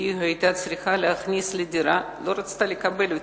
היא היתה צריכה להכניס לדירה היא לא רצתה לקבל אותי,